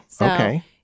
okay